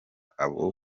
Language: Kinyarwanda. abo